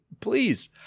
Please